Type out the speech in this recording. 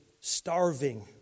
starving